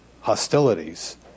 hostilities